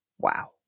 Wow